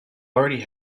already